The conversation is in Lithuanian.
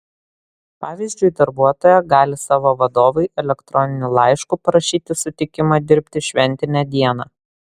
pavyzdžiui darbuotoja gali savo vadovui elektroniniu laišku parašyti sutikimą dirbti šventinę dieną